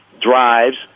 drives